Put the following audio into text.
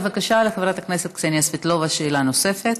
בבקשה, לחברת הכנסת קסניה סבטלובה שאלה נוספת.